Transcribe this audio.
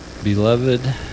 Beloved